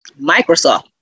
Microsoft